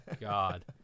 god